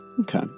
okay